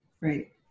right